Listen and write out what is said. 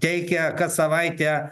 teikia kas savaitę